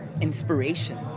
Inspiration